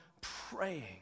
praying